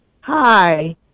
hi